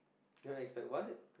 cannot expect what